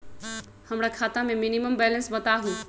हमरा खाता में मिनिमम बैलेंस बताहु?